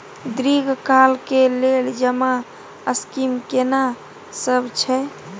दीर्घ काल के लेल जमा स्कीम केना सब छै?